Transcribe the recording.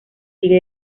sigue